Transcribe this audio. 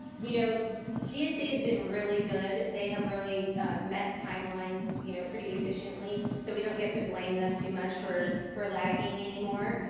you know dsa has been really good. they have really met timelines you know pretty efficiently, so we don't get to blame them too much for for lagging anymore.